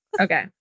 Okay